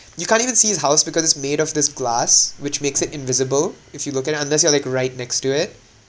you can't even see his house because it's made of this glass which makes it invisible if you look at it unless you are like right next to it